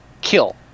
kill